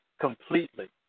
completely